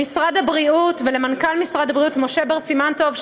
למשרד הבריאות ולמנכ"ל משרד הבריאות משה בר סימן טוב,